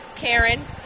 Karen